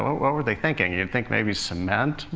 what were they thinking? you'd think maybe cement,